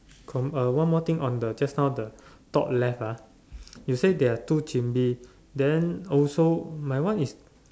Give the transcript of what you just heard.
com uh one more thing on the just now the top left ah you said there are two chimney then also my one is